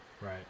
right